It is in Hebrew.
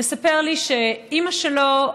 מספר לי שאימא שלו,